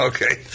Okay